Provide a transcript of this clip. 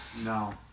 No